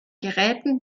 geräten